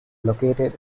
located